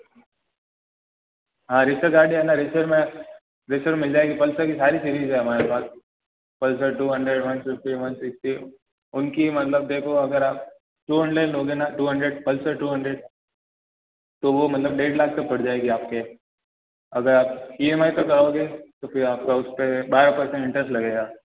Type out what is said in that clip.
हाँ रेसर गाड़ी है ना रेसर में रेसर मिल जाएगी पल्सर की सारी सीरीज़ हैं हमारे पास Pulsar two hundred one fifty one sixty उनकी मतलब देखो अगर आप टू हंड्रेड लोगे ना आप प्लसर टू हंड्रेड तो वो मतलब डेढ़ लाख तक पड़ जाएगी आपके अगर आप ई एम आई पर कराओगे तो फिर आप उसपे बारह पर्सेंट इन्ट्रेस्ट लगेगा